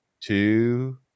two